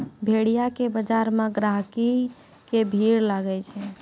भेड़िया के बजार मे गहिकी के भीड़ लागै छै